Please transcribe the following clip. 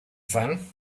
fun